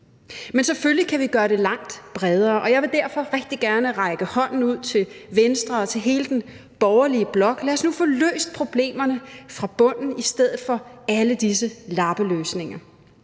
Men selvfølgelig kan vi gøre det langt bredere, og jeg vil derfor rigtig gerne række hånden ud til Venstre og til hele den borgerlige blok. Lad os nu få løst problemerne fra bunden i stedet for alle disse lappeløsninger.